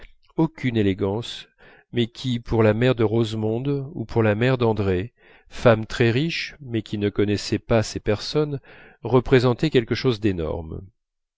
aucune élégance mais qui pour la mère de rosemonde ou pour la mère d'andrée femmes très riches mais qui ne connaissaient pas ces personnes représentaient quelque chose d'énorme